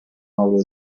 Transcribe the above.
avro